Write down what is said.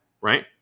right